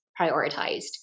prioritized